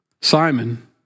Simon